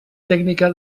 tècnica